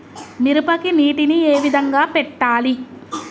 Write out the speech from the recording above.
మిరపకి నీటిని ఏ విధంగా పెట్టాలి?